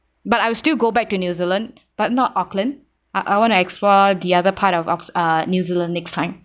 but I will still go back to new zealand but not auckland I I want to explore the other part of auck~ uh new zealand next time